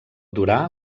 durar